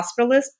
hospitalists